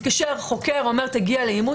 מתקשר חוקר, אומר: תגיע לעימות.